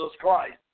Christ